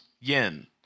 Yen